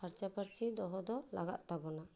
ᱯᱷᱟᱨᱪᱟ ᱯᱷᱟᱹᱨᱪᱤ ᱫᱚᱦᱚᱸ ᱫᱚ ᱞᱟᱜᱟᱜ ᱛᱟᱵᱚᱱᱟ